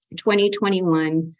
2021